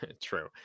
True